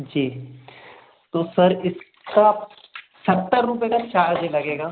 जी तो सर इसका सत्तर रुपये का चार्ज लगेगा